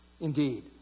Indeed